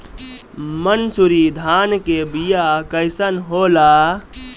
मनसुरी धान के बिया कईसन होला?